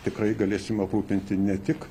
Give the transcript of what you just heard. tikrai galėsim aprūpinti ne tik